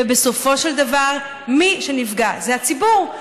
ובסופו של דבר מי שנפגע זה הציבור,